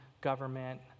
government